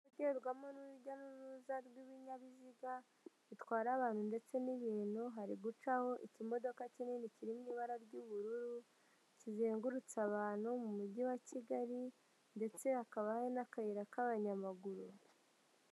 Igendwamo n'urujya n'uruza rw'ibinyabiziga bitwara abantu ndetse n'ibintu. Harigucaho ikimodoka kinini kirimo ibara ry'ubururu kizengurutse abantu mu mujyi wa Kigali, ndetse hakaba hari n'akayira k'abanyamaguru.